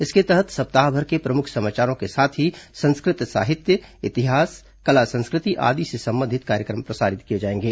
इसके तहत सप्ताहभर के प्रमुख समाचारों के साथ ही संस्कृत साहित्य इतिहास कला संस्कृति आदि से संबंधित कार्यक्रम प्रसारित किए जाएंगे